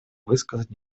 высказать